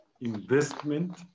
investment